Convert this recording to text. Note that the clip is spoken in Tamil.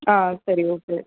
ஆ சரி ஓகே